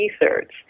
research